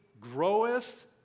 groweth